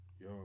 Yo